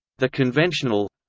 the conventional